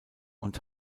und